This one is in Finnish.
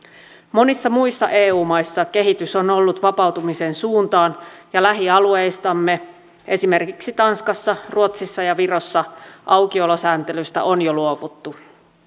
monissa muissa eu maissa kehitys on ollut vapautumisen suuntaan ja lähialueistamme esimerkiksi tanskassa ruotsissa ja virossa aukiolosääntelystä on jo luovuttu